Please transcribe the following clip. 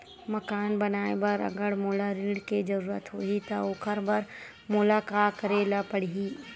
मकान बनाये बर अगर मोला ऋण के जरूरत होही त ओखर बर मोला का करे ल पड़हि?